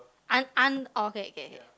I'm I'm oh okay okay okay